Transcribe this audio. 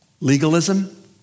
Legalism